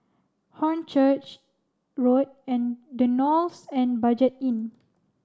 Hornchurch Road and the Knolls and Budget Inn